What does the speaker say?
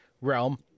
realm